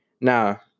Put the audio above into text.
Now